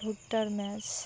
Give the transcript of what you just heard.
ভুট্টার ম্যাশ